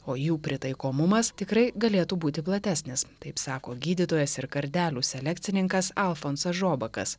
o jų pritaikomumas tikrai galėtų būti platesnis taip sako gydytojas ir kardelių selekcininkas alfonsas žobakas